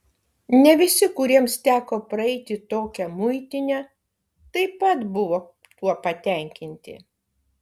ne visi kuriems teko praeiti tokią muitinę taip pat buvo tuo patenkinti